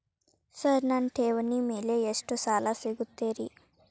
Sir ನನ್ನ ಠೇವಣಿ ಮೇಲೆ ಎಷ್ಟು ಸಾಲ ಸಿಗುತ್ತೆ ರೇ?